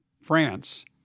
France